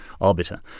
arbiter